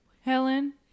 Helen